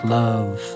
love